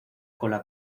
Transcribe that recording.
cola